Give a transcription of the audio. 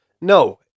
No